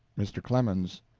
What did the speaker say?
mr. clemens.